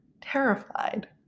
Terrified